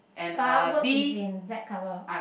bar words is in black colour